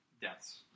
Deaths